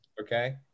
Okay